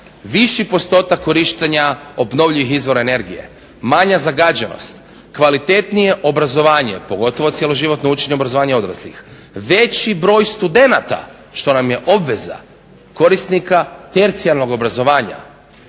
viši postotak korištenja obnovljivih izvora energije, manja zagađenost, kvalitetnije obrazovanje pogotovo cjeloživotno učenje i obrazovanje odraslih, veći broj studenata što nam je obveza korisnika tercijarnog obrazovanja.